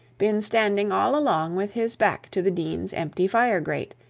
been standing all along with his back to the dean's empty fire-grate,